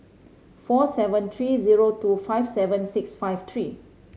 four seven three zero two five seven six five three